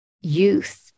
youth